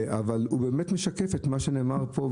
אבל הוא באמת משקף את מה שנאמר פה,